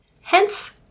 Hence